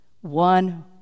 one